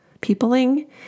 peopling